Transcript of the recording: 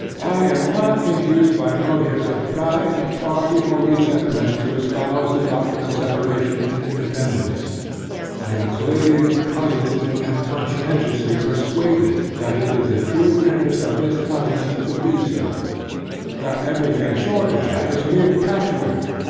i am not induced by motives of pride, party, or resentment to espouse the doctrine of separation and independance i am clearly, positively, and conscientiously persuaded that it is the true interest of this continent to be so that every thing short of that is mere patchwork,